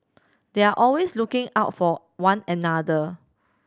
they are always looking out for one another